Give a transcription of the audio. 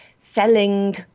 Selling